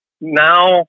now